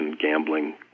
gambling